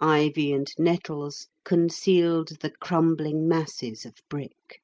ivy and nettles concealed the crumbling masses of brick.